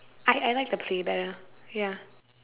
I I like the play better ya